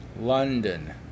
London